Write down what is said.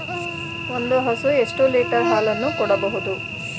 ಒಂದು ಹಸು ಎಷ್ಟು ಲೀಟರ್ ಹಾಲನ್ನು ಕೊಡಬಹುದು?